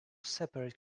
separate